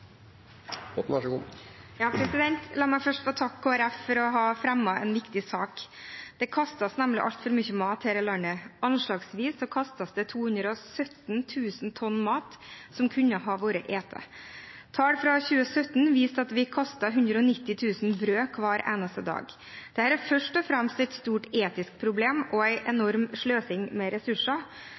La meg først få takke Kristelig Folkeparti for å ha fremmet en viktig sak. Det kastes nemlig altfor mye mat i dette landet. Anslagsvis kastes det 217 000 tonn mat som kunne ha blitt spist. Tall fra 2013 viste at vi kastet 190 000 brød hver eneste dag. Dette er først og fremst et stort etisk problem og en enorm sløsing med ressurser.